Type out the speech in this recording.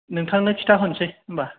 नोंथांनो खिथा हरसै होमबा